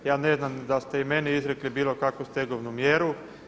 Ja ne znam da ste i meni izrekli bilo kakvu stegovnu mjeru.